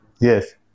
Yes